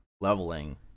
leveling